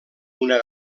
una